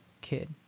kid